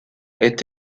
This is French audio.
est